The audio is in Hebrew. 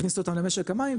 הכניסו אותם למשק המים,